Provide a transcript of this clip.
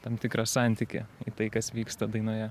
tam tikrą santykį į tai kas vyksta dainoje